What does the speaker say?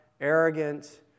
arrogant